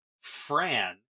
Fran